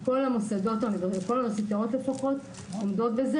כל האוניברסיטאות לפחות עומדות בזה,